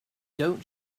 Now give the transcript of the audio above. don’t